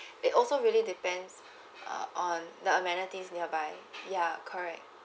it also really depends on the amenities nearby ya correct